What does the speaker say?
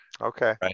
Okay